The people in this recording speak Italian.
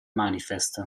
manifest